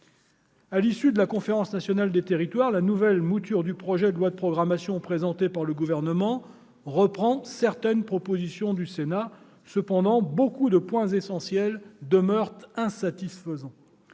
À l'issue de la Conférence nationale des territoires, la nouvelle mouture du projet de loi de programmation présentée par le Gouvernement reprend certaines propositions du Sénat. Cependant, beaucoup de points essentiels demeurent insatisfaisants.